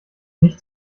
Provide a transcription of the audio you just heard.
nicht